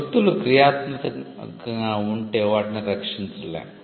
గుర్తులు క్రియాత్మకంగా ఉంటే వాటిని రక్షించలేము